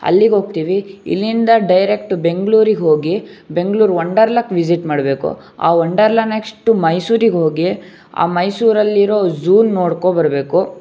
ಅಲ್ಲಿಗೆ ಹೋಗ್ತಿವಿ ಇಲ್ಲಿಂದ ಡೈರೆಕ್ಟ್ ಬೆಂಗ್ಳೂರಿಗೆ ಹೋಗಿ ಬೆಂಗ್ಳೂರು ವಂಡರ್ಲಾಕ್ಕೆ ವಿಸಿಟ್ ಮಾಡಬೇಕು ಆ ವಂಡರ್ಲಾ ನೆಕ್ಸ್ಟ್ ಮೈಸೂರಿಗೆ ಹೋಗಿ ಆ ಮೈಸೂರಲ್ಲಿರೋ ಝೂ ನೋಡ್ಕೊ ಬರಬೇಕು